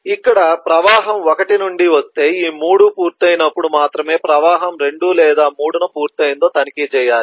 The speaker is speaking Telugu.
ఇక్కడ ప్రవాహం ఒకటి నుండి వస్తే ఈ 3 పూర్తయినప్పుడు మాత్రమే ప్రవాహం 2 లేదా 3 న పూర్తయిందో తనిఖీ చేయాలి